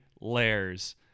layers